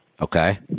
Okay